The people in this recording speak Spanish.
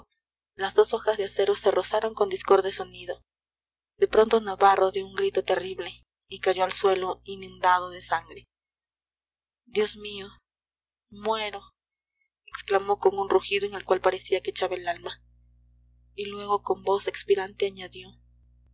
se rozaron con discorde sonido de pronto navarro dio un grito terrible y cayó al suelo inundado de sangre dios mío muero exclamó con un rugido en el cual parecía que echaba el alma y luego con voz expirante añadió